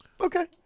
Okay